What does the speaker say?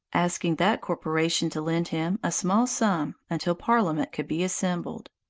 asking that corporation to lend him a small sum until parliament could be assembled.